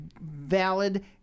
valid